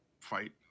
fight